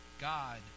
God